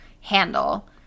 handle